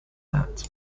that